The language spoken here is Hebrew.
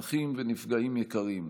נכים ונפגעים יקרים,